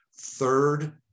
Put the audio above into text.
third